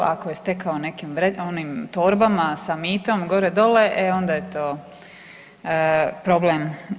Ako je stekao nekim onim torbama sa mitom gore dole e onda je to problem.